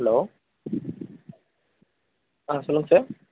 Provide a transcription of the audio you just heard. hello ஆ சொல்லுங்கள் sir